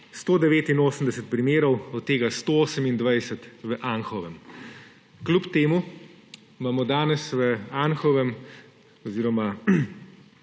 189 primerov, od tega 128 v Anhovem. Kljub temu imamo danes v Anhovem oziroma